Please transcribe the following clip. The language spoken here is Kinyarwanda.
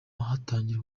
hatangiye